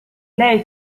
lei